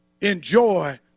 Enjoy